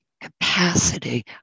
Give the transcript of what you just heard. capacity